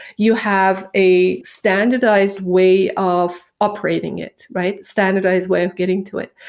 you have a standardized way of operating it, right? standardized way of getting to it.